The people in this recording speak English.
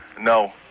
No